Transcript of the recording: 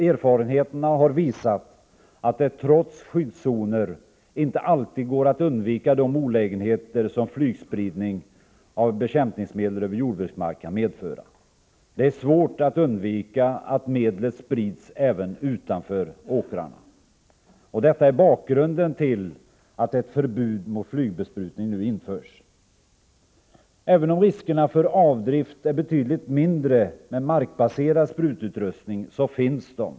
Erfarenheterna har visat att det trots skyddszoner inte alltid går att undvika de olägenheter som flygspridning av bekämpningsmedel över jordbruksmark kan medföra. Det är svårt att undvika att medlet sprids även utanför åkrarna. Det är bakgrunden till att ett förbud mot flygbesprutning nu införs. Även om riskerna för avdrift är betydligt mindre med markbaserad sprututrustning, finns de.